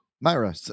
Myra